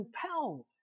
compelled